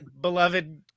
beloved